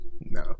No